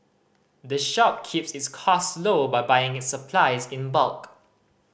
the shop keeps its costs low by buying its supplies in bulk